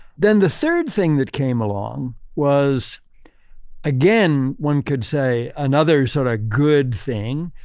then, the third thing that came along was again, one could say, another sort of good thing,